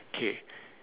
okay